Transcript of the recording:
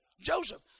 Joseph